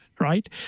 right